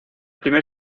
primer